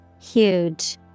Huge